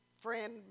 friend